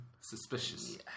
Suspicious